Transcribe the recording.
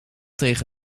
tegen